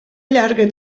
llarga